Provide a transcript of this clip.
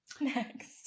Next